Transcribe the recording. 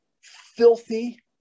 filthy